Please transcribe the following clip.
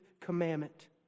Commandment